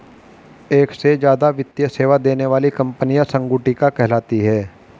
एक से ज्यादा वित्तीय सेवा देने वाली कंपनियां संगुटिका कहलाती हैं